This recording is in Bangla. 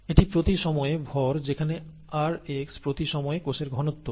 এটি প্রতি সময়ে ভর যেখানে rx প্রতি সময়ে কোষ ঘনত্ব